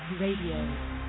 Radio